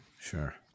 Sure